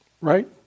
right